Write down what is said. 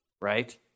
right